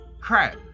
Crap